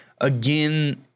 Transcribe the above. again